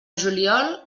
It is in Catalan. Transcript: juliol